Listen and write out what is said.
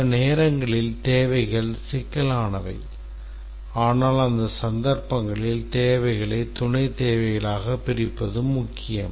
சில நேரங்களில் தேவைகள் சிக்கலானவை ஆனால் அந்த சந்தர்ப்பங்களில் தேவையை துணைத் தேவைகளாகப் பிரிப்பது முக்கியம்